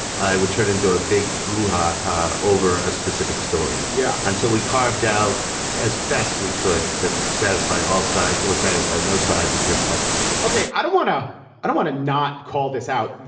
i would turn into a big brouhaha over a specific story. yeah. until we carved out as best we could to satisfy all sides or satisfy no sides and just publish ok. i don't want to i don't want to not call this out.